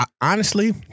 honestly-